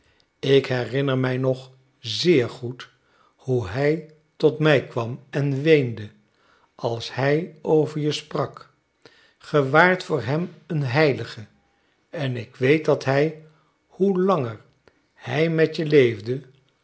ik herinner mij nog zeer goed hoe hij tot mij kwam en weende als hij over je sprak ge waart voor hem een heilige en ik weet dat hij hoe langer hij met je leefde